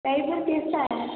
driver कैसा है